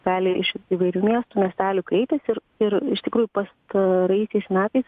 realiai iš įvairių miestų miestelių kreipiasi ir ir iš tikrųjų pastaraisiais metais